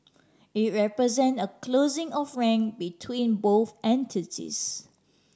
it represent a closing of rank between both entities